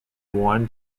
worn